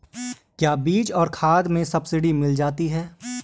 क्या बीज और खाद में सब्सिडी मिल जाती है?